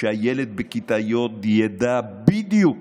שהילד בכיתה י' ידע בדיוק